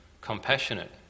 compassionate